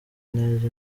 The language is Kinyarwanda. neza